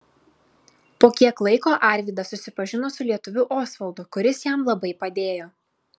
po kiek laiko arvydas susipažino su lietuviu osvaldu kuris jam labai padėjo